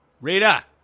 Rita